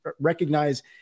recognize